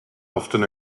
often